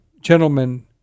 gentlemen